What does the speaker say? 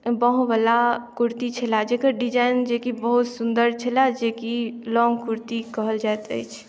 बाँहवला कुर्ती छले जकर डिजाइन जेकि बहुत सुन्दर छलए जेकि लॉन्ग कुर्ती कहल जाइत अछि